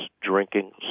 drinking